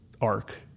arc